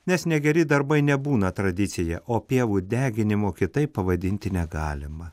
nes negeri darbai nebūna tradicija o pievų deginimo kitaip pavadinti negalima